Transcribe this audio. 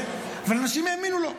הסיפור הזה, אבל האנשים האמינו לו.